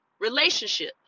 relationship